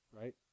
right